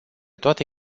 toate